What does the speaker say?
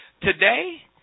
Today